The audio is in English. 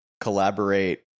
collaborate